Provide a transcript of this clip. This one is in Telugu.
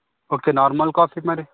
ఓకే నార్మల్ కాఫీకి మరీ